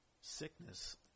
sickness